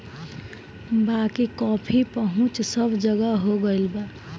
बाकी कॉफ़ी पहुंच सब जगह हो गईल बा